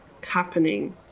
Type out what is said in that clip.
happening